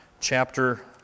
chapter